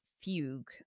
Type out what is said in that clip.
fugue